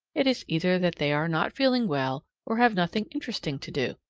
it is either that they are not feeling well or have nothing interesting to do.